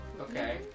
Okay